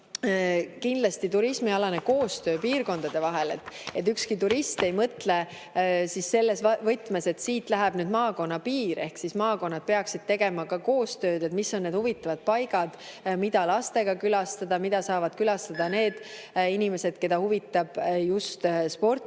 oluline] turismialane koostöö piirkondade vahel. Ükski turist ei mõtle selles võtmes, et siit läheb nüüd maakonna piir, ehk maakonnad peaksid [omavahel] tegema koostööd: mis on huvitavad paigad, mida lastega külastada; mida saavad külastada need inimesed, keda huvitavad just